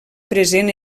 present